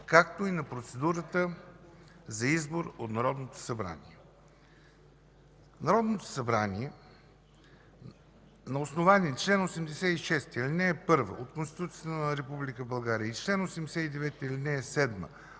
както и на процедурата за избор от Народното събрание Народното събрание на основание чл. 86, ал. 1 от Конституцията на Република България и чл. 89, ал. 7 от